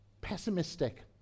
pessimistic